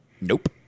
Nope